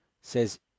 says